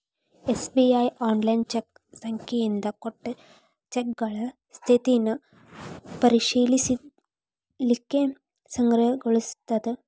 SBI online cheque ಸಂಖ್ಯೆಯಿಂದ ಕೊಟ್ಟ ಚೆಕ್ಗಳ ಸ್ಥಿತಿನ ಪರಿಶೇಲಿಸಲಿಕ್ಕೆ ಸಕ್ರಿಯಗೊಳಿಸ್ತದ